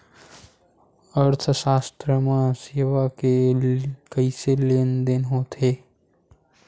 अर्थशास्त्र मा सेवा के कइसे लेनदेन होथे?